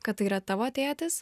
kad tai yra tavo tėtis